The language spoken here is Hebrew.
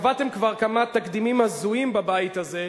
קבעתם כבר כמה תקדימים הזויים בבית הזה,